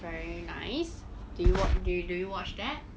very nice do you wat~ do you do you watch that